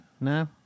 no